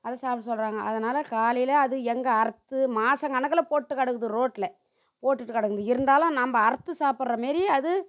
அது சாப்பிட சொல்லுறாங்க அதனால காலையில் அது எங்கே அறுத்து மாதம் கணக்கில் போட்டு கிடக்குது ரோட்டில் போட்டுட்டு கிடக்குது இருந்தாலும் நம்ம அறுத்து சாப்பிட்ற மாரி அது